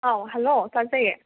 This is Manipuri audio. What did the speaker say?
ꯑꯧ ꯍꯜꯂꯣ ꯇꯥꯖꯩꯌꯦ